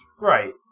Right